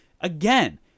Again